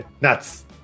Nuts